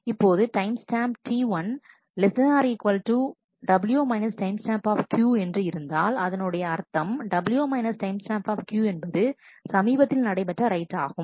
இப்பொழுது timestamp T1 W timestamp என்று இருந்தால் அதனுடைய அர்த்தம் W timestamp என்பது சமீபத்தில் நடைபெற்ற ரைட் ஆகும்